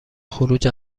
خروج